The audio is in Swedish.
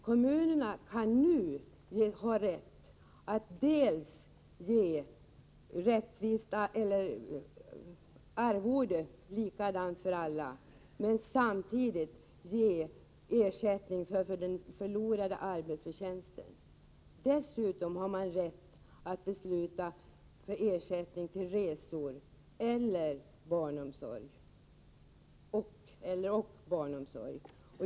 Kommunerna har numera rätt att dels ge samma arvode till alla deltagare i sammanträdet, dels betala ersättning för förlorad förtjänst. Dessutom har man rätt att besluta om ersättning för resor och/eller barnomsorg.